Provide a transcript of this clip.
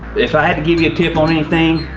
if i had to give you a tip on anything,